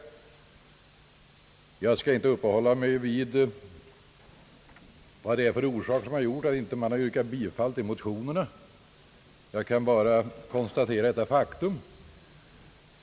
Jag skall inte uppehålla mig vid frågan vad det är för orsaker som gjort att man inte yrkat bifall till motionerna. Jag kan bara konstatera detta faktum.